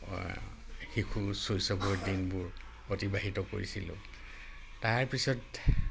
শিশু শৈশৱৰ দিনবোৰ অতিবাহিত কৰিছিলোঁ তাৰপিছত